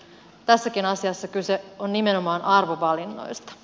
tässäkin asiassa kyse on nimenomaan arvovalinnoista